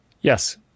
Yes